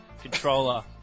controller